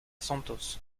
santos